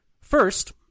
first